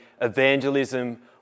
Evangelism